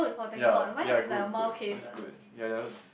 yea yea good good that's good ya yours